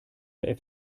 der